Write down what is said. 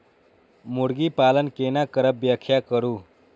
मुर्गी पालन केना करब व्याख्या करु?